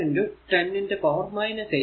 64 10 ന്റെ പവർ 8